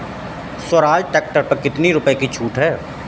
Swaraj tractor पर कितनी रुपये की छूट है?